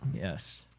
Yes